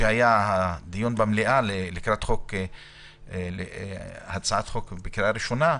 כשהיה הדיון במליאה לקראת הצעת חוק בקריאה ראשונה,